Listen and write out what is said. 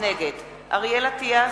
נגד אריאל אטיאס,